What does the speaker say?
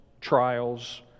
trials